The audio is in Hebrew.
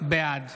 בעד